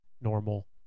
normal